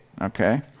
okay